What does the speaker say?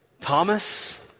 Thomas